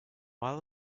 while